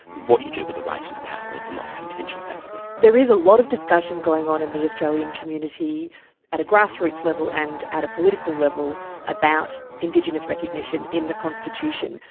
what you do with a racist power is the most contentious aspect. there is a lot of discussion going on in the australian community at a grassroots level and at a political level about indigenous recognition in the constitution.